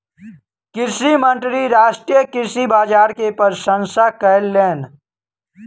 कृषि मंत्री राष्ट्रीय कृषि बाजार के प्रशंसा कयलैन